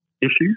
issues